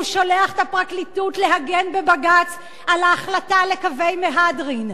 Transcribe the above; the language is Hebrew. שולח את הפרקליטות להגן בבג"ץ על ההחלטה על קווי מהדרין,